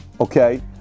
Okay